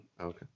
Okay